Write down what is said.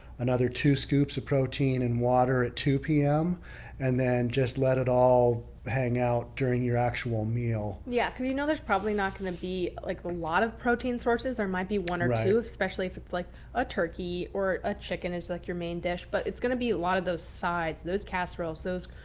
another two scoops of protein and water at two zero pm and then just let it all hang out during your actual meal yeah because you know there's probably not going to be like a lot of protein sources. there might be one or two, especially if it's like a turkey or a chicken is like your main dish, but it's going to be a lot of those sides, those casseroles, those,